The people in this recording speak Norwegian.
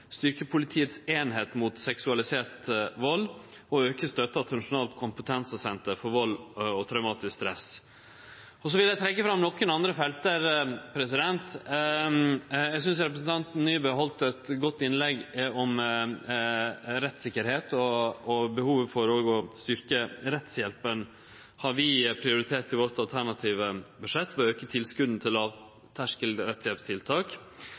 Politiets sentrale eining mot seksualisert vald og auke støtta til Nasjonalt kunnskapssenter om vald og traumatisk stress. Så vil eg trekkje fram nokre andre felt: Eg syntest representanten Nybø heldt eit godt innlegg om rettssikkerheit, og behovet for å styrkje rettshjelpa har vi prioritert i vårt alternative budsjett ved å auke tilskota til